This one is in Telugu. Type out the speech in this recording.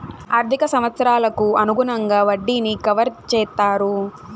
ఆర్థిక సంవత్సరాలకు అనుగుణంగా వడ్డీని కవర్ చేత్తారు